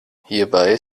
hierbei